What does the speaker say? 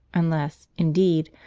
unless, indeed,